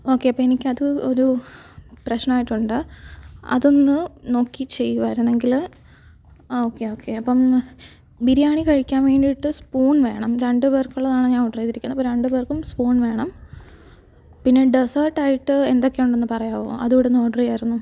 okay അപ്പോള് എനിക്ക് അത് ഒരു പ്രശ്നമായിട്ടുണ്ട് അതൊന്നു നോക്കി ചെയ്യുവാരുന്നെങ്കില് ഓക്കേ ഓക്കേ അപ്പോള് ബിരിയാണി കഴിക്കാൻ വേണ്ടിയിട്ട് സ്പൂൺ വേണം രണ്ടു പേർക്കുള്ളതാണ് ഞാന് ഓർഡറേയ്തിരിക്കുന്നെ അപ്പോള് രണ്ടുപേർക്കും സ്പൂൺ വേണം പിന്നെ ഡെസേർട്ടായിട്ട് എന്തൊക്കെയുണ്ടെന്ന് പറയാമോ അതുകൂടൊന്ന് ഓർഡ്രയ്യാരുന്നു